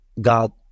God